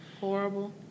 horrible